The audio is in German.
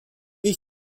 ich